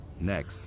Next